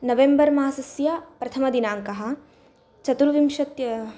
November मासस्य प्रथमदिनाङ्कः चतुर्विंशत्य्